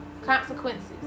Consequences